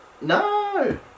no